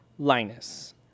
Linus